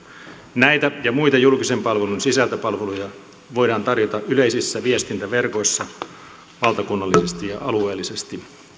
näitä ja muita julkisen palvelun sisältöpalveluja voidaan tarjota yleisissä viestintäverkoissa valtakunnallisesti ja alueellisesti